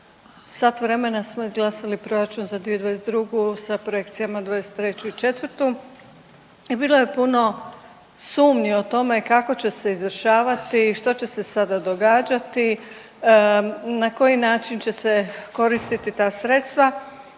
sat vremena smo izglasali proračun za 2022. sa projekcijama 2023. i 2024., i bilo je puno sumnji o tome kako će se izvršavati, što će se sada događati, na koji način će se koristiti ta sredstva.